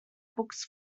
books